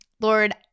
Lord